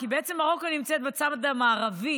כי בעצם מרוקו נמצאת בצד המערבי.